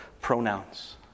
pronouns